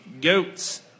Goats